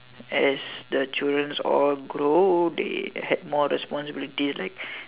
as the children grow they had more responsibilities like